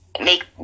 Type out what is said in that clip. make